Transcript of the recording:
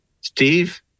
Steve